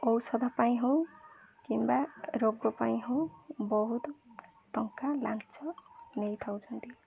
ଔଷଧ ପାଇଁ ହଉ କିମ୍ବା ରୋଗ ପାଇଁ ହଉ ବହୁତ ଟଙ୍କା ଲାଞ୍ଚ ନେଇଥାଉଛନ୍ତି